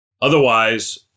Otherwise